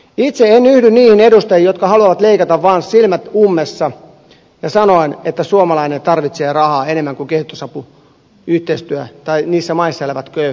itse en yhdy niihin edustajiin jotka haluavat leikata vaan silmät ummessa ja sanoen että suomalainen tarvitsee rahaa enemmän kuin niissä maissa elävät köyhät ihmiset